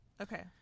Okay